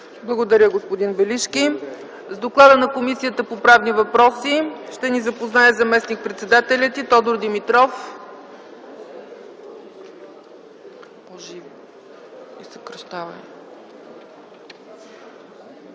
Благодаря, господин Белишки. С доклада на Комисията по правни въпроси ще ни запознае заместник-председателят й Тодор Димитров.